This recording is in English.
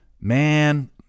Man